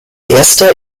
erster